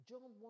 John